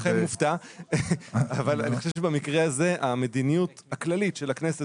אני אכן מופתע אבל אני חושב שבמקרה הזה המדיניות הכללית של הכנסת